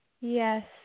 Yes